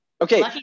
Okay